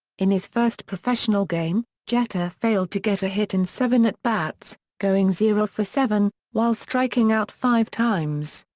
in his first professional game, jeter failed to get a hit in seven at-bats, going zero for seven, while striking out five times.